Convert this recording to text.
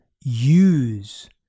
use